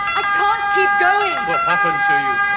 i can't keep going. what happened to you?